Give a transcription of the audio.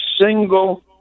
single